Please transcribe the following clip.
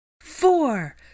four